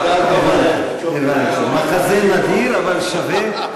הבנתי, מחזה נדיר, אבל שווה.